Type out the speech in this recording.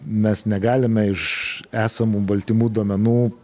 mes negalime iš esamų baltymų duomenų